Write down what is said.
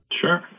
Sure